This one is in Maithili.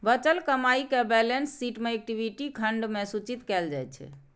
बचल कमाइ कें बैलेंस शीट मे इक्विटी खंड मे सूचित कैल जाइ छै